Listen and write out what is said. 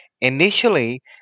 Initially